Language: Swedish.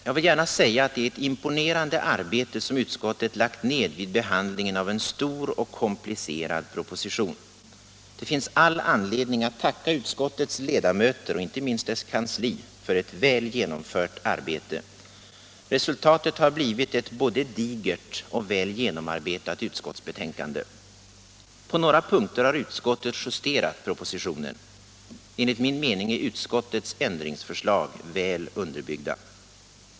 Jag vill gärna säga att det är ett imponerande arbete som utskottet lagt ned vid behandlingen av en stor och komplicerad proposition. Det finns all anledning att tacka utskottets ledamöter och inte minst dess kansli för ett väl genomfört arbete. Resultatet har blivit ett både digert och väl genomarbetat utskottsbetänkande. På några punkter har utskottet justerat propositionen. Enligt min mening är utskottets ändringsförslag väl underbyggda.